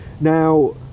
Now